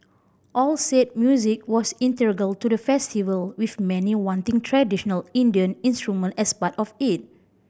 all said music was integral to the festival with many wanting traditional Indian instrument as part of it